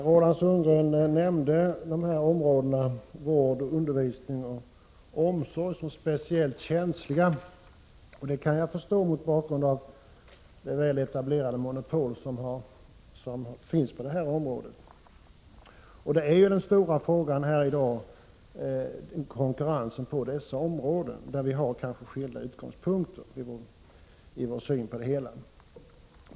Herr talman! Roland Sundgren nämnde vård, undervisning och omsorg som exempel på speciellt känsliga områden. Det kan jag förstå mot bakgrund av det väletablerade monopol som finns inom dessa sektorer. Den stora frågan här i dag är ju konkurrensen på dessa områden, där vi kanske har skilda utgångspunkter för vår syn på det hela.